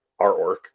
artwork